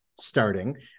starting